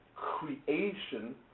creation